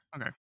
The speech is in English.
Okay